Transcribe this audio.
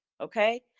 Okay